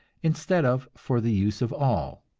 instead of for the use of all.